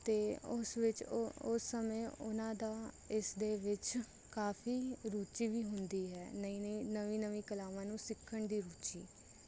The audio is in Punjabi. ਅਤੇ ਉਸ ਵਿੱਚ ਉਹ ਉਸ ਸਮੇਂ ਉਹਨਾਂ ਦੀ ਇਸਦੇ ਵਿੱਚ ਕਾਫ਼ੀ ਰੁੱਚੀ ਵੀ ਹੁੰਦੀ ਹੈ ਨਈ ਨਈ ਨਵੀਂ ਨਵੀਂ ਕਲਾਵਾਂ ਨੂੰ ਸਿੱਖਣ ਦੀ ਰੁੱਚੀ